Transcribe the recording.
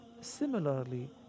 similarly